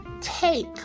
take